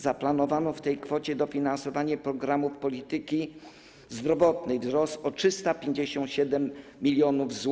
Zaplanowano w tej kwocie dofinansowanie programów polityki zdrowotnej - wzrost o 357 mln zł.